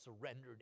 surrendered